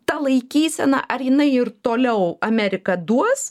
ta laikysena ar jinai ir toliau amerika duos